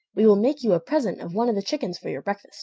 we will make you a present of one of the chickens for your breakfast